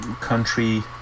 country